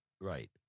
Right